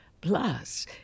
Plus